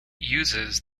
uses